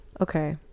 Okay